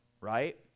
right